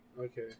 Okay